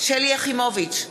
שלי יחימוביץ,